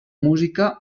música